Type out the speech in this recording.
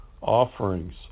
offerings